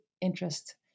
interest